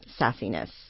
sassiness